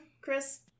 Chris